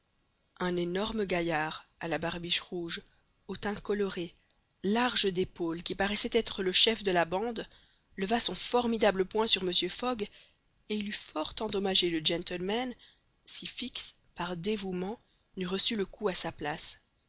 un énorme gaillard à barbiche rouge au teint coloré large d'épaules qui paraissait être le chef de la bande leva son formidable poing sur mr fogg et il eût fort endommagé le gentleman si fix par dévouement n'eût reçu le coup à sa place